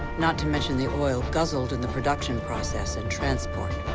not to mention the oil guzzled in the production process and transport.